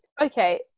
Okay